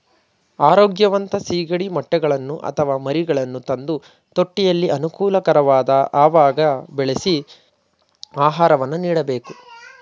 ಆರೋಗ್ಯವಂತ ಸಿಗಡಿ ಮೊಟ್ಟೆಗಳನ್ನು ಅಥವಾ ಮರಿಗಳನ್ನು ತಂದು ತೊಟ್ಟಿಯಲ್ಲಿ ಅನುಕೂಲಕರವಾದ ಅವಾಗ ಬೆಳೆಸಿ ಆಹಾರವನ್ನು ನೀಡಬೇಕು